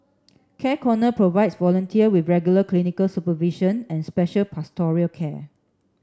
Care Corner provides volunteer with regular clinical supervision and special pastoral care